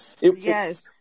Yes